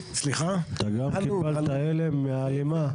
אתה גם קיבלת הלם מהאימה?